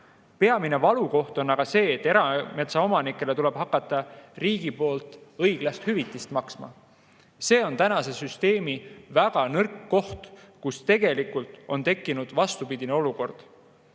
Peamine valukoht on aga see, et erametsaomanikele tuleb riigil hakata õiglast hüvitist maksma. See on tänase süsteemi väga nõrk koht, et on tekkinud vastupidine olukord.